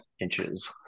inches